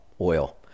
Oil